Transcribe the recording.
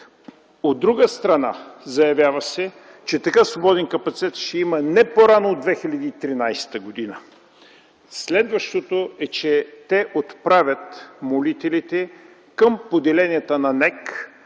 От друга страна, заявява се, че такъв свободен капацитет ще има не по-рано от 2013 г. Следващото е, че молителите се обръщат към поделенията на НЕК,